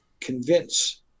convince